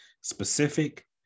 specific